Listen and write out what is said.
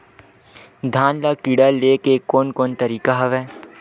धान ल कीड़ा ले के कोन कोन तरीका हवय?